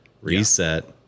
reset